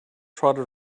trotted